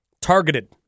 Targeted